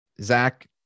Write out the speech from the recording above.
Zach